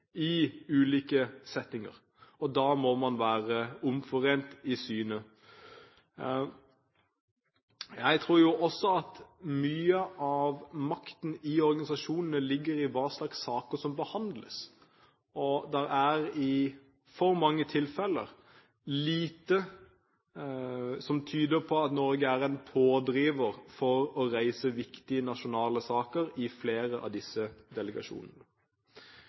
i ulike settinger, og da må man være omforent i synet. Jeg tror jo også at mye av makten i organisasjonene ligger i hva slags saker som behandles. Det er i for mange tilfeller lite som tyder på at Norge er en pådriver for å reise viktige nasjonale saker i flere av disse delegasjonene.